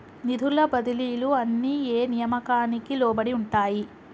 నిధుల బదిలీలు అన్ని ఏ నియామకానికి లోబడి ఉంటాయి?